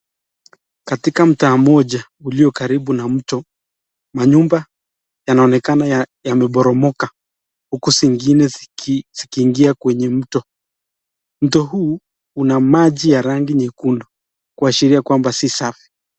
Katika mtaa moja uliyokaribu na mto yanaoneka yameboromoka huku zingine zikiingia kwenye mto, mto huu huna maji ya rangi nyekundu kuashiria kwamba si safi.